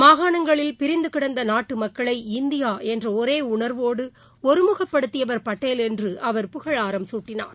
மாகாணங்களில் பிரிந்துகிடந்தநாட்டுமக்களை இந்தியாஎன்றஒரேஉணர்வோடுஒருமுகப்படுத்தியவர் பட்டேல் என்றுஅவர் புகழாரம் சூட்டினார்